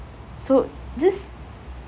so this